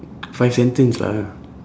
five sentence lah